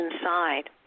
inside